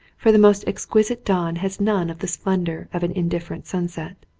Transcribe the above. for the most exquisite dawn has none of the splendour of an indifferent sunset.